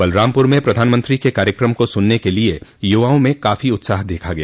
बलरामपुर में प्रधानमंत्री के कार्यकम को सुनने के लिए युवाओं में काफी उत्साह देखा गया